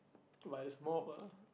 but it's more of a